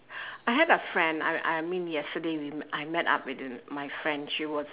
I have a friend I I mean yesterday we I met up with my friend she was